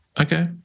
Okay